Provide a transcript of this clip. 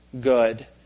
good